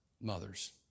mothers